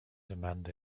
demand